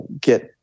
get